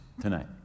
tonight